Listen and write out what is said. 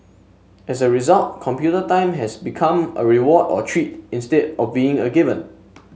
as a result computer time has become a reward or treat instead of being a given